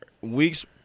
weeks